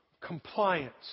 compliance